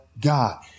God